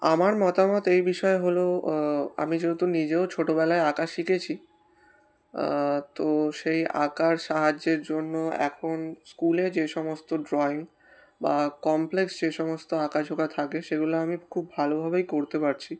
আমার মতামত এই বিষয় হলো আমি যেহেতু নিজেও ছোটোবেলায় আঁকা শিখেছি তো সেই আঁকার সাহায্যের জন্য এখন স্কুলে যে সমস্ত ড্রয়িং বা কমপ্লেক্স যে সমস্ত আঁকাঝোঁকা থাকে সেগুলো আমি খুব ভালোভাবেই করতে পারছি